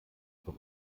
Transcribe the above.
von